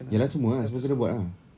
ya lah semua ah semua kena buat ah